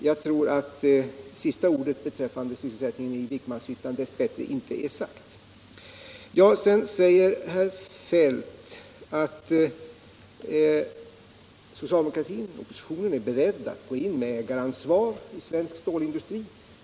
Jag tror att sista ordet om sysselsättningen i Vikmanshyttan dess bättre inte är sagt. Sedan säger herr Feldt att den socialdemokratiska oppositionen är beredd att gå in med ett ägaransvar i svensk stålindustri.